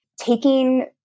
taking